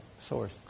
source